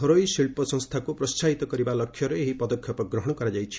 ଘରୋଇ ଶିଳ୍ପ ସଂସ୍ଥାକୁ ପ୍ରୋହାହିତ କରିବା ଲକ୍ଷ୍ୟରେ ଏହି ପଦକ୍ଷେପ ନିଆଯାଇଛି